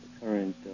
current